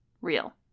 real